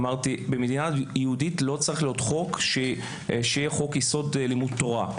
אמרתי שבמדינה יהודית לא צריך להיות חוק יסוד: לימוד תורה,